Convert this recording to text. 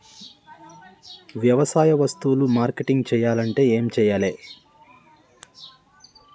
వ్యవసాయ వస్తువులు మార్కెటింగ్ చెయ్యాలంటే ఏం చెయ్యాలే?